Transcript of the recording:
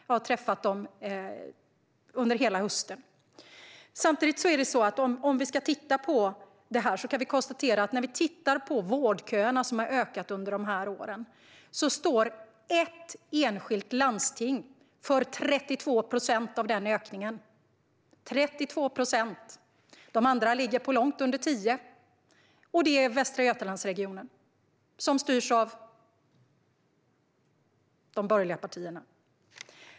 Jag har träffat dem under hösten. Om vi tittar på detta kan vi konstatera att vårdköerna har ökat under dessa år och att ett enskilt landsting står för 32 procent av denna ökning - de andra ligger på långt under 10 procent - och det är Västra Götalandsregionen som styrs av de borgerliga partierna.